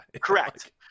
Correct